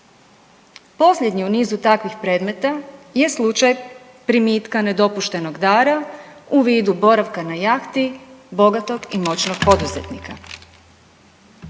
Posljednji u nizu takvih predmeta je slučaj primitka nedopuštenog dara u vidu boravka na jahti bogatog i moćnog poduzetnika.